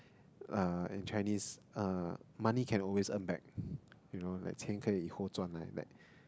uh in Chinese uh money can always earn back you know like 钱可以以后转来